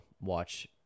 watch